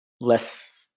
less